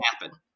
happen